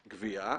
שהוא גבייה,